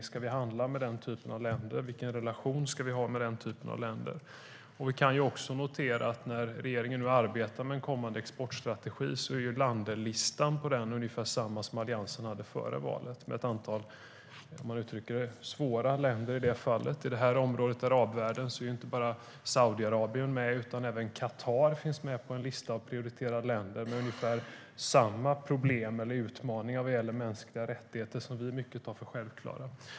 Ska vi handla med den typen av länder? Vilken relation ska vi ha till den typen av länder? När nu regeringen arbetar med en kommande exportstrategi kan vi notera att landlistan är ungefär densamma som den Alliansen hade före valet, inklusive ett antal "svåra" länder. Från det här området, arabvärlden, är inte bara Saudiarabien med, utan på listan över prioriterade länder finns även Qatar, som har ungefär samma problem och utmaningar vad gäller mänskliga rättigheter, vilka vi i mycket tar för självklara.